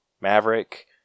maverick